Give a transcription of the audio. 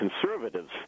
conservatives